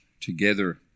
together